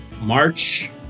March